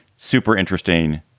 super interesting.